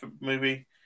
movie